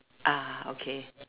ah okay